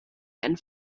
and